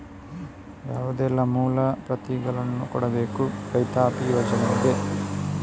ಯಾವುದೆಲ್ಲ ಮೂಲ ಪ್ರತಿಗಳನ್ನು ಕೊಡಬೇಕು ರೈತಾಪಿ ಯೋಜನೆಗೆ?